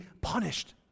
punished